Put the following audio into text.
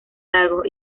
largos